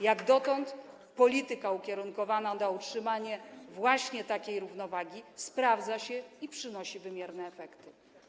Jak dotąd polityka ukierunkowana na utrzymanie właśnie takiej równowagi sprawdza się i przynosi wymierne efekty.